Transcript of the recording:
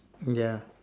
ya